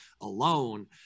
alone